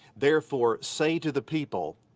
therefore, say to the people,